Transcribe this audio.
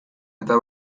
eta